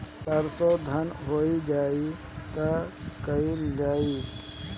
सरसो धन हो जाई त का कयील जाई?